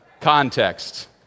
context